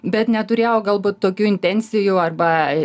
bet neturėjau galbūt tokių intencijų arba